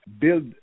build